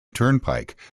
turnpike